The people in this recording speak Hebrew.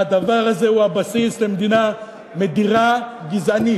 והדבר הזה הוא הבסיס למדינה מדירה גזענית,